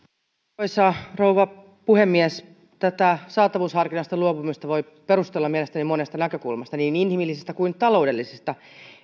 arvoisa rouva puhemies tätä saatavuusharkinnasta luopumista voi perustella mielestäni monesta näkökulmasta niin inhimillisestä kuin taloudellisesta